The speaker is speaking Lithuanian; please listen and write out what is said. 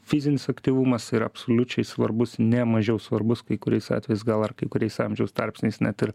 fizinis aktyvumas yra absoliučiai svarbus ne mažiau svarbus kai kuriais atvejais gal ar kai kuriais amžiaus tarpsniais net ir